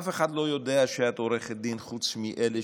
אף אחד לא יודע שאת עורכת דין חוץ מאלה